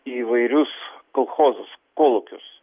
į įvairius kolchozus kolūkius